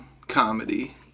comedy